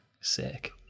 sick